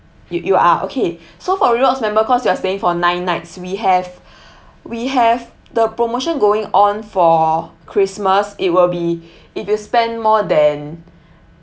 you you are okay so for rewards member cause you are staying for nine nights we have we have the promotion going on for christmas it will be if you spend more than